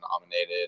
nominated